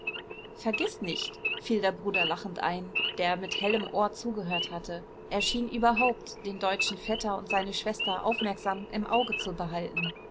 vergiß nicht fiel der bruder lachend ein der mit hellem ohr zugehört hatte er schien überhaupt den deutschen vetter und seine schwester aufmerksam im auge zu behalten